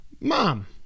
Mom